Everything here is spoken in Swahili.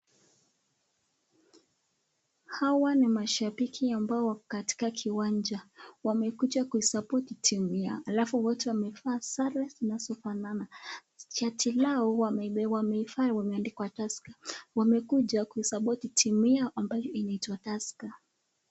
Hawa ni mashabiki ambao wako katika kiwanja. Wamekuja ku support timu yao. Alafu wote wamevaa sare zinazofanana. Shati lao wamevaa wameandikwa Tusker. Wamekuja ku support timu yao ambayo inaitwa Tusker.